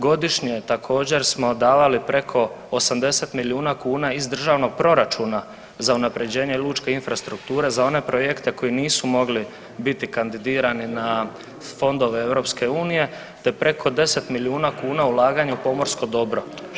Godišnje također smo davali preko 80 milijuna kuna iz državnog proračuna za unapređenje lučke infrastrukture za one projekte koji nisu mogli biti kandidirani na fondove EU te preko 10 milijuna kuna ulaganja u pomorsko dobro.